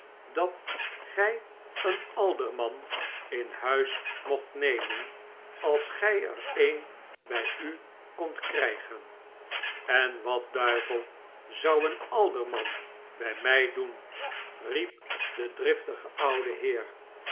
idat gij een alderman in huis mocht nemen als gij er een bij u kondt krijgen en wat duivel zou een alderman bijfmij doen riep de drifeen lord mayor s s tige oude heer